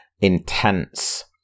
intense